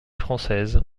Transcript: française